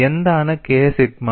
എന്താണ് K sigma